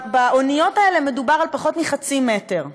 באוניות האלה מדובר על פחות מחצי מטר רבוע.